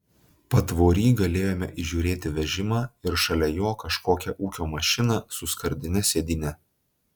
patvory galėjome įžiūrėti vežimą ir šalia jo kažkokią ūkio mašiną su skardine sėdyne